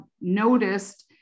noticed